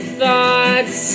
thoughts